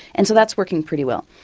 and so that's working pretty well.